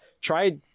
try